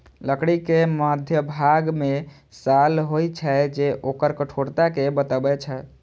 लकड़ी के मध्यभाग मे साल होइ छै, जे ओकर कठोरता कें बतबै छै